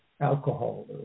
alcohol